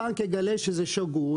הבנק יגלה שזה שגוי,